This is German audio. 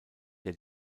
der